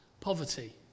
poverty